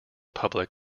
public